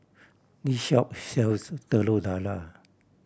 this shop sells Telur Dadah